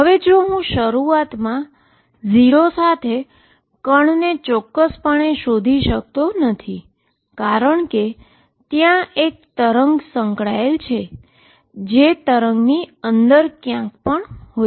હું શરુઆતમાં 0 સાથે પાર્ટીકલને ચોક્કસપણે શોધી શકતો નથી કારણ કે ત્યાં એ વેવ સંકળાયેલ છે તે વેવની અંદર ક્યાંય પણ હોઈ શકે છે